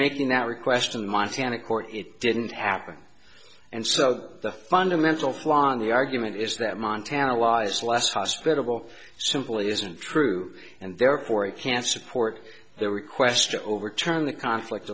making that request in montana court it didn't happen and so the fundamental flaw in the argument is that montana lies less hospitable simply isn't true and therefore it can support their request to overturn the conflict